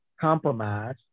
compromise